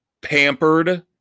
pampered